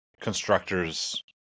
constructors